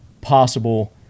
possible